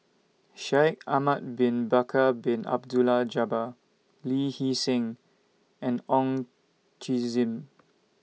Shaikh Ahmad Bin Bakar Bin Abdullah Jabbar Lee Hee Seng and Ong Tjoe Zim